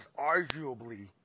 arguably